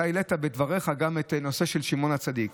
אתה העלית בדבריך גם את הנושא של שמעון הצדיק.